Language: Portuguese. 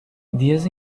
dias